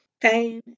pain